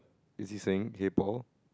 is he saying hey Paul